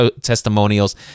testimonials